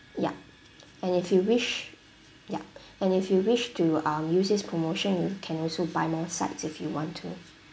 ya and if you wish ya and if you wish to um use this promotion you can also buy more sides if you want to